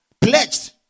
pledged